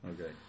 Okay